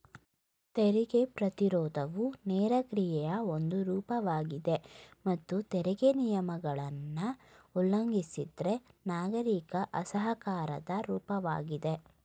ತೆರಿಗೆ ಪ್ರತಿರೋಧವು ನೇರ ಕ್ರಿಯೆಯ ಒಂದು ರೂಪವಾಗಿದೆ ಮತ್ತು ತೆರಿಗೆ ನಿಯಮಗಳನ್ನ ಉಲ್ಲಂಘಿಸಿದ್ರೆ ನಾಗರಿಕ ಅಸಹಕಾರದ ರೂಪವಾಗಿದೆ